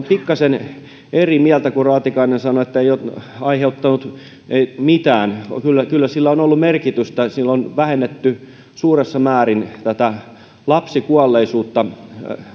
pikkasen eri mieltä siitä kun raatikainen sanoi että se ei ole aiheuttanut mitään kyllä kyllä sillä on ollut merkitystä sillä on vähennetty suuressa määrin lapsikuolleisuutta